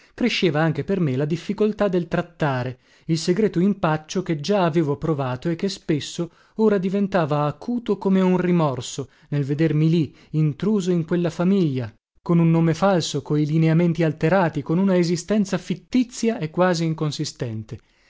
cresceva anche per me la difficoltà del trattare il segreto impaccio che già avevo provato e che spesso ora diventava acuto come un rimorso nel vedermi lì intruso in quella famiglia con un nome falso coi lineamenti alterati con una esistenza fittizia e quasi inconsistente